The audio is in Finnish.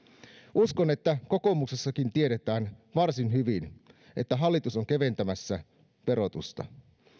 uskon että kokoomuksessakin tiedetään varsin hyvin että hallitus on keventämässä verotusta